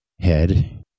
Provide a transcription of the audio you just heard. Head